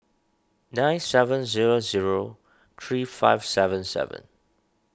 nine seven zero zero three five seven seven